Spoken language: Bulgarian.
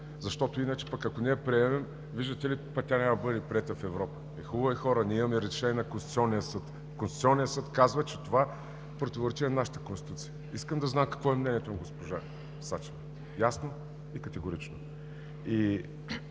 защото, ако не я приемем, виждате ли, тя няма да бъде приета в Европа“. Е, хубаво бе, хора, ние имаме решение на Конституционния съд и Конституционният съд казва, че това противоречи на нашата Конституция. Искам да зная какво е мнението на госпожа Сачева – ясно и категорично. Това